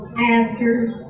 pastors